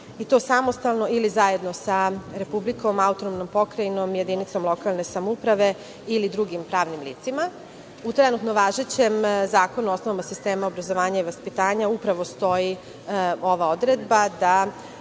i to samostalno ili zajedno sa Republikom, autonomnom pokrajinom, jedinicom lokalne samouprave ili drugim pravnim licima. U trenutno važećem Zakonu o osnovama sistema obrazovanja i vaspitanja upravo stoji ova odredba, da